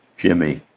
jimi,